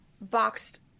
boxed